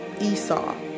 Esau